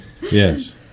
Yes